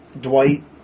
Dwight